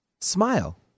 smile